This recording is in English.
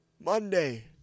Monday